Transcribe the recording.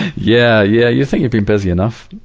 yeah, yeah, you think he'd been busy enough.